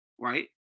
right